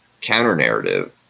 counter-narrative